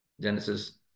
Genesis